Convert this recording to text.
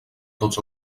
tots